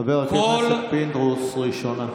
דלתא, חבר הכנסת פינדרוס, ראשונה.